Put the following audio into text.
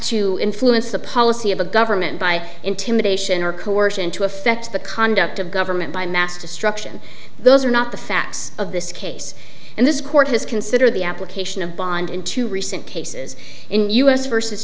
to influence the policy of a government by intimidation or coercion to affect the conduct of government by mass destruction those are not the facts of this case and this court has considered the application of bond in two recent cases in u s versus